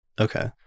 Okay